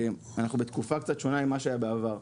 שאנחנו בתקופה קצת שונה מזו שהייתה בעבר.